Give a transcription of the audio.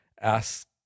ask